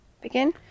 begin